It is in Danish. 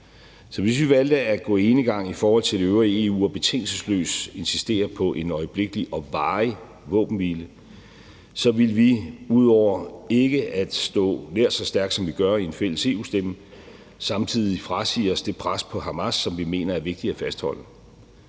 hvis vi valgte at gå enegang i forhold til det øvrige EU og betingelsesløst insistere på en øjeblikkelig og varig våbenhvile, ville vi ud over ikke at stå nær så stærkt, som vi gør med en fælles EU-stemme, samtidig frasige os det pres på Hamas, som vi mener er vigtigt at fastholde.